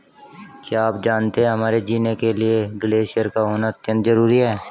क्या आप जानते है हमारे जीने के लिए ग्लेश्यिर का होना अत्यंत ज़रूरी है?